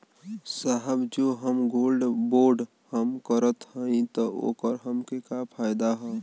साहब जो हम गोल्ड बोंड हम करत हई त ओकर हमके का फायदा ह?